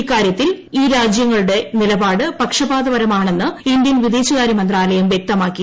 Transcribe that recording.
ഇക്കാര്യത്തിൽ ഈ രാജ്യങ്ങളുടെയും നിലപാട് പക്ഷപാതപരമാണെന്ന് ഇന്ത്യൻ വിദേശകാര്യമന്ത്രാലയം വ്യക്തമാക്കി